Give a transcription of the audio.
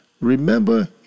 Remember